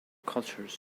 cultures